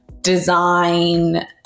design